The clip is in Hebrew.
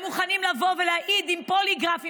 הם מוכנים לבוא ולהעיד עם פוליגרף,